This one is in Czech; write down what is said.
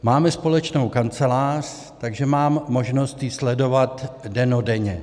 Máme společnou kancelář, takže mám možnost ji sledovat dennodenně.